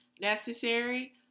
necessary